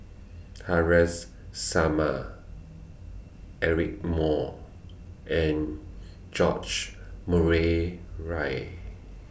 Haresh Sharma Eric Moo and George Murray Reith